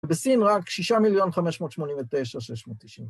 בסין רק שישה מיליון חמש מאות שמונים ותשע, שש מאות תשעים.